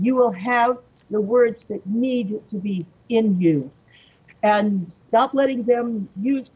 you will have the words that need to be in you and stop letting them use